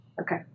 Okay